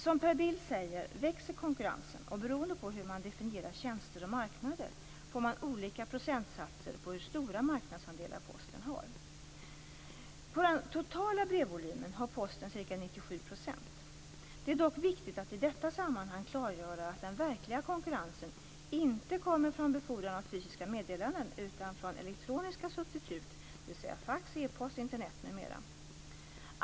Som Per Bill säger växer konkurrensen, och beroende på hur man definierar tjänster och marknader får man olika procentsatser på hur stora marknadsandelar Posten har. På den totala brevvolymen har Posten ca 97 %. Det är dock viktigt att i detta sammanghang klargöra att den verkliga konkurrensen inte kommer från befordran av fysiska meddelanden utan från elektroniska substitut, dvs. fax, e-post, Internet m.m.